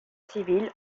civils